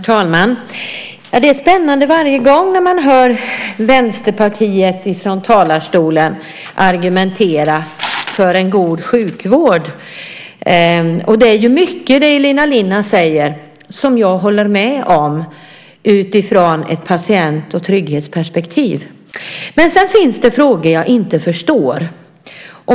Herr talman! Det är spännande varje gång man hör Vänsterpartiet från talarstolen argumentera för en god sjukvård. Det är mycket i det Elina Linna säger som jag håller med om utifrån ett patient och trygghetsperspektiv. Men sedan finns det frågor jag inte förstår.